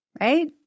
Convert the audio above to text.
right